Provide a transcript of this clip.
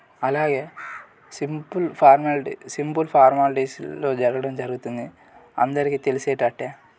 అలాగే simple formality simple ఫార్మాలిటీస్లో జరగడం జరుగుతుంది అందరికీ తెలిసేటట్టే